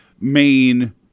main